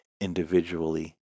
individually